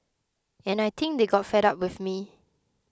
and I think they got fed up with me